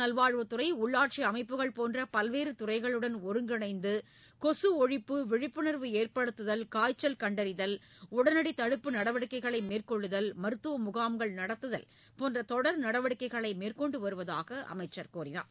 நல்வாழ்வுத்துறை உள்ளாட்சி அமைப்புகள் போன்ற பல்வேறு துறைகளுடன் மக்கள் ஒருங்கிணைந்து கொசு ஒழிப்பு விழிப்புணர்வு ஏற்படுத்துதல் காய்ச்சல் கண்டறிதல் உடனடி தடுப்பு நடவடிக்கைகளை மேற்கொள்ளுதல் மருத்துவ முகாம்கள் நடத்துதல் போன்ற தொடர் நடவடிக்கைகளை மேற்கொண்டு வருவதாக அமைச்சர் தெரிவித்தார்